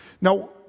Now